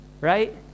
right